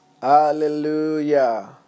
Hallelujah